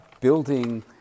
building